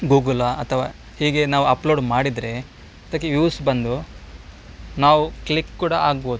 ಗೂಗುಲ್ಲಾ ಅಥವಾ ಹೀಗೆ ನಾವು ಅಪ್ಲೋಡ್ ಮಾಡಿದರೆ ಅದಕ್ಕೆ ವ್ಯೂಸ್ ಬಂದು ನಾವು ಕ್ಲಿಕ್ ಕೂಡ ಆಗ್ಬೋದು